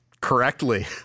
correctly